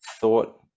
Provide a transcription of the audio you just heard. thought